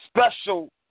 special